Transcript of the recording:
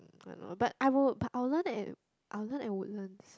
I know but I will but I will learn at I will learn at Woodlands